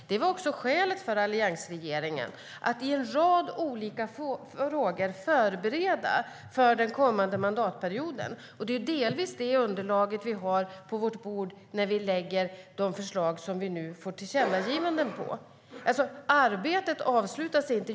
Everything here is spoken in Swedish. Det var också skälet för alliansregeringen att i en rad olika frågor förbereda för den kommande mandatperioden, och det är delvis det underlaget vi har på vårt bord när vi lägger fram de förslag som vi nu får tillkännagivanden om. Arbetet avslutas inte.